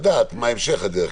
לדעת מה המשך הדרך,